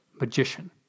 magician